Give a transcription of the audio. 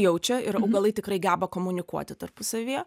jaučia ir augalai tikrai geba komunikuoti tarpusavyje